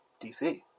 DC